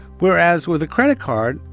whereas with a credit card,